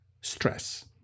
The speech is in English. stress